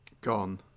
gone